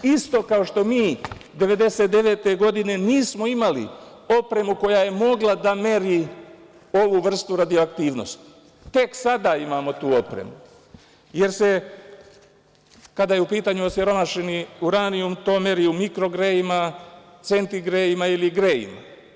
Isto kao što mi 1999. godine nismo imali opremu koja je mogla da meri ovu vrstu radioaktivnosti, tek sada imamo tu opremu, jer se, kada je u pitanju osiromašeni uranijum to meri u mikrogrejima, centigrejima ili grejima.